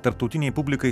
tarptautinei publikai